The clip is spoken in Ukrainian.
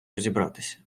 розібратися